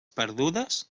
perdudes